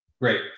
Great